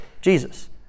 Jesus